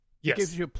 Yes